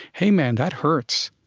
hey, man, that hurts.